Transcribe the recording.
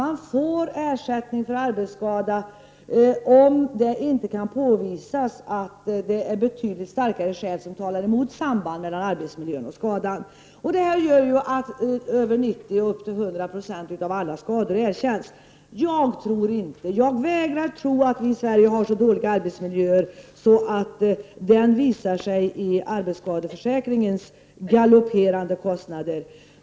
Man får ersättning för arbetsskada om det inte kan påvisas att det finns betydligt starkare skäl som talar emot sambandet mellan arbetsmiljön och skadan. Detta gör att 90-100 96 av alla skador erkänns. Jag vägrar att tro att vi i Sverige har så dåliga arbetsmiljöer att de visar sig i arbetsskadeförsäkringens galopperande kostnader.